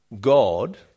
God